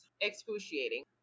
excruciating